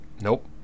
Nope